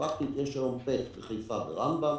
פרקטית יש היום PET-CT בחיפה ברמב"ם,